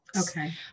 Okay